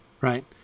right